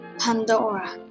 Pandora